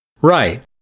Right